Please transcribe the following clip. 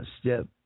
Step